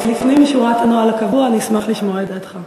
לפנים משורת הנוהל הקבוע, נשמח לשמוע את דעתך.